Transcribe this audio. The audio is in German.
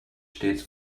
stets